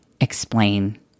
explain